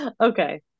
Okay